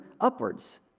upwards